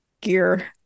gear